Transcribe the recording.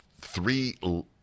three